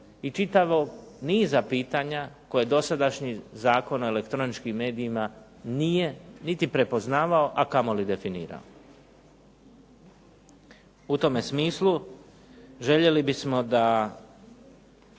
i čitavog niza pitanja koje dosadašnji Zakon o elektroničkim medijima nije niti prepoznavao, a kamoli definirao. U tome smislu željeli bismo da